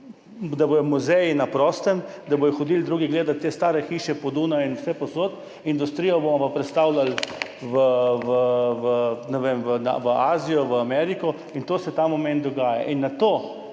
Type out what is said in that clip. pa bodo muzeji na prostem, da bodo hodili drugi gledat te stare hiše po Dunaju in vsepovsod, industrijo bomo pa prestavljali, ne vem, v Azijo, v Ameriko. In to se ta moment dogaja.